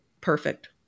perfect